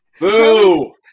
Boo